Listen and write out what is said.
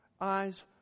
eyes